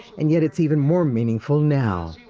and yet it's even more meaningful now.